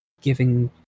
giving